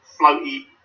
floaty